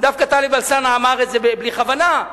דווקא טלב אלסאנע אמר את זה בלי כוונה,